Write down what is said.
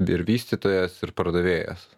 ir vystytojas ir pardavėjas